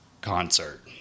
concert